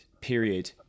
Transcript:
period